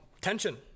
Tension